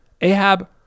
Ahab